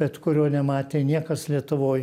bet kurio nematė niekas lietuvoj